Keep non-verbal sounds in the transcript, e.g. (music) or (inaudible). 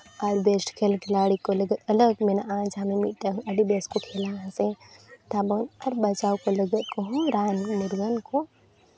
ᱟᱨ best ᱠᱷᱮᱞ ᱠᱷᱤᱞᱟᱲᱤ ᱠᱚ ᱞᱟᱹᱜᱤᱫ ᱟᱞᱟᱜᱽ ᱢᱮᱱᱟᱜᱼᱟ ᱡᱟᱦᱟᱸ ᱢᱤᱢᱤᱫᱴᱟᱱ ᱟᱹᱰᱤ ᱵᱮᱥ ᱠᱚ ᱠᱷᱮᱞᱟ ᱦᱮᱸ (unintelligible) ᱟᱨ ᱵᱟᱡᱟᱣ ᱠᱚ ᱞᱟᱹᱜᱤᱫ ᱠᱚᱦᱚᱸ ᱨᱟᱱ ᱢᱩᱨᱜᱟᱹᱱ ᱠᱚ